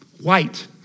white